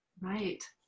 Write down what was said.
Right